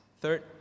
Third